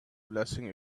blessing